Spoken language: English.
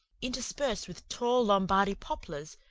interspersed with tall lombardy poplars,